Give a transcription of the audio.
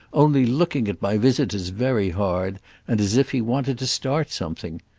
only looking at my visitors very hard and as if he wanted to start something!